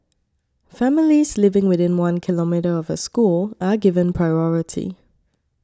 families living within one kilometre of a school are given priority